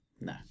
no